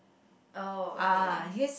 oh okay